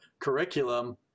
curriculum